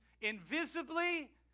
invisibly